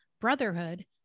Brotherhood